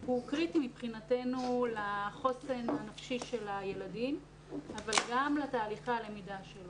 הוא קריטי מבחינתנו לחוסן הנפשי של הילדים אבל גם לתהליכי הלמידה שלהם.